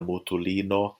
mutulino